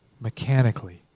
mechanically